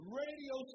radio